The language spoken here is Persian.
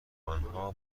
آنها